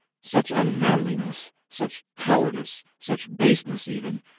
such unmanliness, such cowardice, such baseness even,